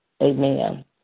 Amen